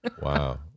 Wow